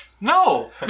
No